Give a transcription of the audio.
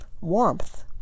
warmth